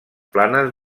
planes